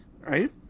Right